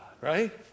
right